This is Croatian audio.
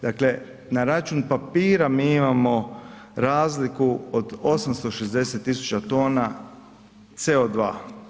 Dakle na račun papira mi imamo razliku od 860 000 tona CO2.